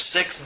Six